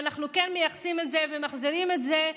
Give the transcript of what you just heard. ואנחנו כן מייחסים את זה ומחזירים את זה למהות,